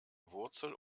wurzel